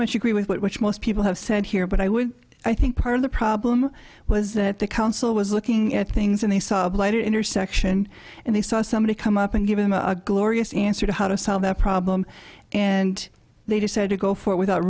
much agree with it which most people have said here but i would i think part of the problem was that the council was looking at things and they saw blade intersection and they saw somebody come up and give him a glorious answer to how to solve that problem and they decided to go for it without